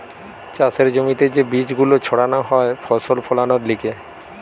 চাষের জমিতে যে বীজ গুলো ছাড়ানো হয় ফসল ফোলানোর লিগে